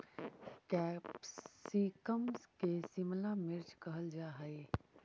capsicum के शिमला मिर्च कहल जा हइ